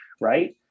right